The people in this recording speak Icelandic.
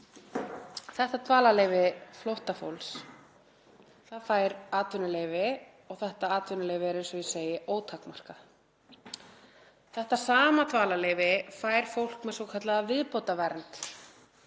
Þetta dvalarleyfi flóttafólks — það fær atvinnuleyfi og þetta atvinnuleyfi er eins og ég segi, ótakmarkað. Þetta sama dvalarleyfi fær fólk með svokallaða viðbótarvernd,